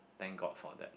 thank god for that